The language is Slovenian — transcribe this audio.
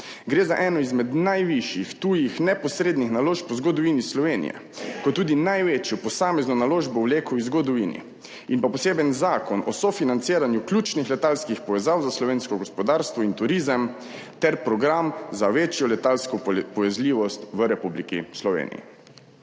Gre za eno izmed najvišjih tujih neposrednih naložb v zgodovini Slovenije, kot tudi največjo posamezno naložbo v Lekovi zgodovini. In pa poseben zakon o sofinanciranju ključnih letalskih povezav za slovensko gospodarstvo in turizem ter program za večjo letalsko povezljivost v Republiki Sloveniji.